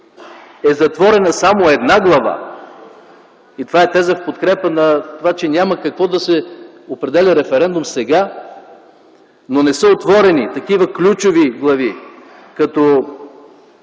е затворена само една глава. Това е теза в подкрепа, че няма какво сега да се определя референдум. Не са отворени и такива ключови глави като